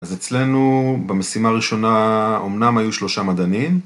אז אצלנו במשימה הראשונה אמנם היו שלושה מדענים.